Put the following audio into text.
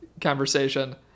conversation